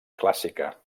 clàssica